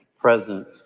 present